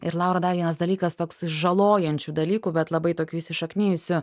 ir laura dar vienas dalykas toks žalojančių dalykų bet labai tokių įsišaknijusių